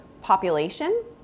population